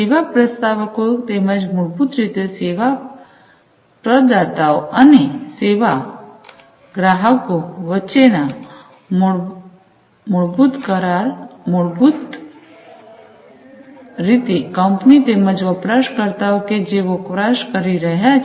સેવા પ્રસ્તાવકો તેમજ મૂળભૂત રીતે સેવા પ્રદાતાઓ અને સેવા ગ્રાહકો વચ્ચેના કરાર તેમજ મૂળભૂત રીતે કંપની તેમજ વપરાશકર્તાઓ કે જેઓ વપરાશ કરી રહ્યા છે